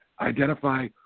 identify